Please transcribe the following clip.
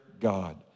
God